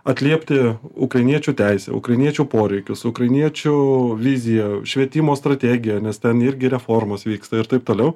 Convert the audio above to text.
atliepti ukrainiečių teisę ukrainiečių poreikius ukrainiečių viziją švietimo strategiją nes ten irgi reformos vyksta ir taip toliau